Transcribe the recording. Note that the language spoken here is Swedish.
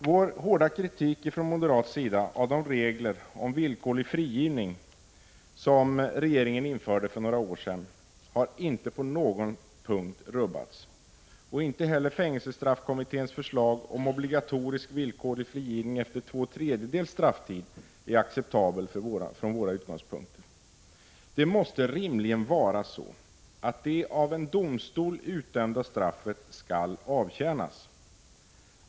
Vår hårda kritik av de regler om villkorlig frigivning som regeringen införde för några år sedan har inte på någon punkt rubbats. Inte heller fängelsestraffkommitténs förslag om obligatorisk villkorlig frigivning efter två tredjedels strafftid är acceptabelt från våra utgångspunkter. Det måste rimligen vara så att det av domstolen utdömda straffet skall avtjänas.